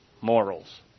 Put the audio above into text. morals